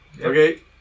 Okay